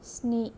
स्नि